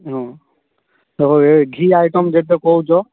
ହୁଁ ତ ଆଇଟମ୍ କେତେ କହୁଛ